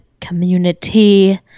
community